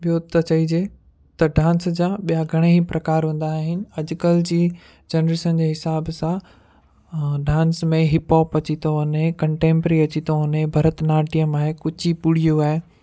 ॿियों त चइजे त डांस जा ॿिया घणेई प्रकार हूंदा आहिनि अॼुकल्ह जी जनरेशन जे हिसाब सां डांस में हिप हॉप अची थो वञे कंटैम्पररी अची थो वञे भरतनाट्टयम आहे कुचिपुड़ियो आहे